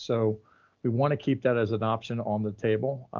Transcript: so we wanna keep that as an option on the table,